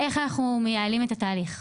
איך אנחנו מייעלים את התהליך?